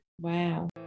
Wow